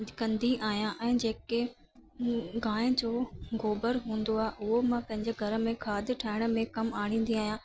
कंदी आहियां ऐं जेके मूं गांइ जो गोबरु हूंदो आहे उहो मां पंहिंजे घर में खाधु ठाहिण जे कम में आणींदी आहियां